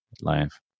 life